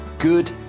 good